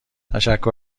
تشکر